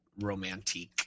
Romantic